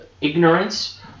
ignorance